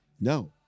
No